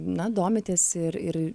na domitės ir ir